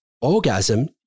orgasm